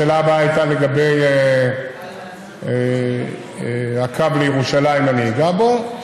השאלה הבאה הייתה לגבי הקו לירושלים, אני אגע בו.